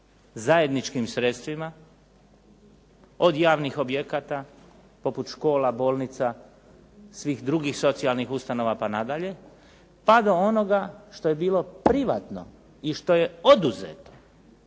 zajedničkim sredstvima, od javnih objekata poput škola, bolnica, svih drugih socijalnih ustanova pa nadalje, pa do onoga što je bilo privatno i što je oduzeto.